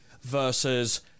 versus